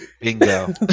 Bingo